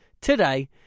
today